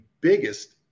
biggest